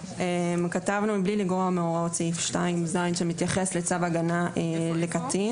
כתבנו "מבלי לגרוע מהוראות סעיף 2ז" שמתייחס לצו הגנה לקטין.